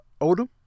Odom